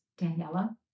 Daniela